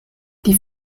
die